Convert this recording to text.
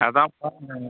அதாம்ப்பா